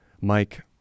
Mike